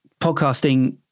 podcasting